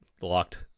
locked